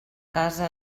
casa